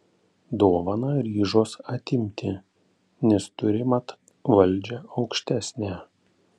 dovaną ryžos atimti nes turi mat valdžią aukštesnę